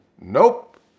nope